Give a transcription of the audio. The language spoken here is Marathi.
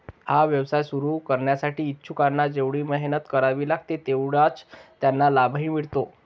हा व्यवसाय सुरू करण्यासाठी इच्छुकांना जेवढी मेहनत करावी लागते तेवढाच त्यांना लाभही मिळतो